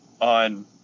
on